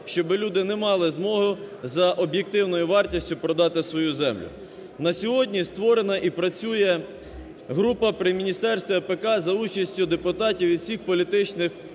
щоб люди не мали змогу за об'єктивною вартістю продати свою землю. На сьогодні створена і працює група при Міністерстві АПК за участю депутатів із всіх політичних фракцій,